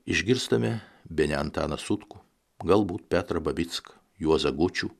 išgirstame bene antaną sutkų galbūt petro babick juozą gučių